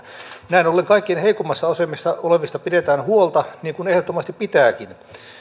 näin ollen kaikkein heikoimmassa asemassa olevista pidetään huolta niin kuin ehdottomasti pitääkin on